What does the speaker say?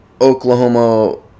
Oklahoma